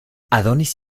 adonis